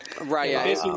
right